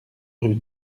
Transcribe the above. rue